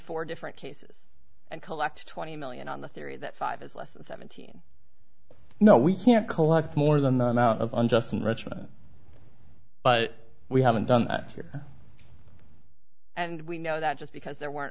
four different cases and collect twenty million on the theory that five is less than seventeen no we can't collect more than nine out of unjust enrichment but we haven't done that and we know that just because there were